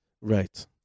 right